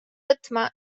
võtma